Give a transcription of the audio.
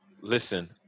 Listen